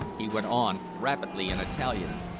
he went on rapidly in italian.